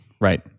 right